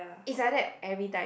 is like that everytime